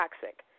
toxic